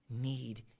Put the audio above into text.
need